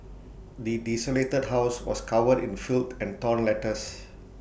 the desolated house was covered in filth and torn letters